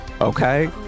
okay